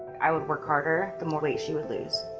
i would work harder the more weight she would lose.